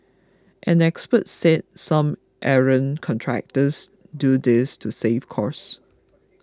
an expert said some errant contractors do this to save costs